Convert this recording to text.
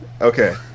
Okay